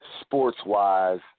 sports-wise